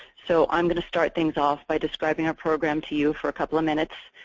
so i'm going to start things off by describing our program to you for a couple of minutes.